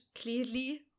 clearly